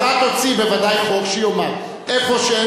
אז את תציעי בוודאי חוק שיאמר: איפה שאין